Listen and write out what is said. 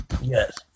Yes